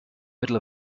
middle